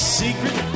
secret